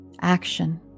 action